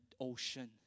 ocean